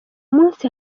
munsi